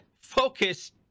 Focus